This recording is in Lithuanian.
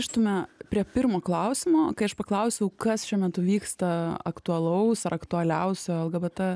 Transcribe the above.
grįžtume prie pirmo klausimo kai aš paklausiau kas šiuo metu vyksta aktualaus ar aktualiausio lgbt